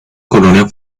colonia